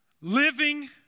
living